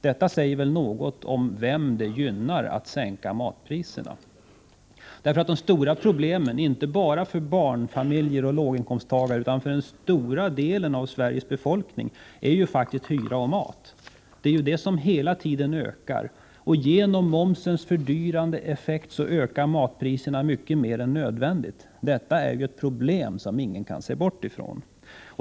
Detta säger väl någonting om vem det gynnar att sänka matpriserna. Det stora problemet, inte bara för barnfamiljerna och låginkomsttagare utan för en stor del av Sveriges befolkning, är faktiskt att klara hyra och mat. De har hela tiden ökat, och genom momsens fördyrande effekt ökar matpriserna mycket mer än nödvändigt. Detta är ju ett problem som ingen kan se bort ifrån.